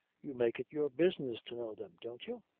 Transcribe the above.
you make it your business to know them don't you?